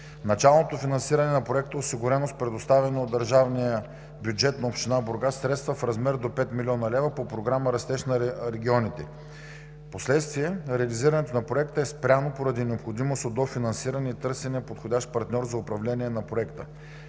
Началното финансиране на проекта е осигурено с предоставяне от държавния бюджет на община Бургас средства в размер до 5 млн. лв. по програма „Растеж на регионите“. Впоследствие реализирането на проекта е спряно поради необходимост от дофинансиране и търсене на подходящ партньор за управление на проекта.